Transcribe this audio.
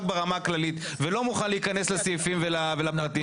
ברמה הכללית ולא מוכן להיכנס לסעיפים ולפרטים,